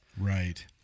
Right